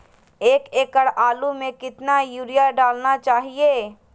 एक एकड़ आलु में कितना युरिया डालना चाहिए?